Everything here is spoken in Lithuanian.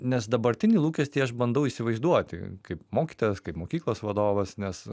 nes dabartinį lūkestį aš bandau įsivaizduoti kaip mokytojas kaip mokyklos vadovas nes